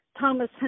thomas